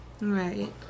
Right